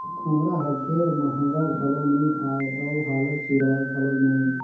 खोम्हरा हर ढेर महगा घलो नी आए अउ हालु चिराए घलो नही